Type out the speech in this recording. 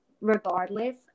regardless